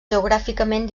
geogràficament